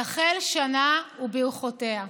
תחל שנה וברכותיה.